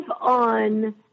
on